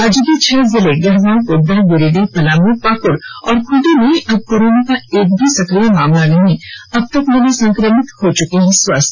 राज्य के छह जिले गढ़वा गोड्डा गिरिडीह पलामू पाकुड़ और खूंटी में अब कोरोना का एक भी सक्रिय मामला नहीं अब तक मिले संक्रमित हो चुके हैं स्वस्थ